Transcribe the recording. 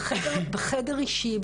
בחדר אישי,